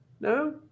No